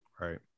Right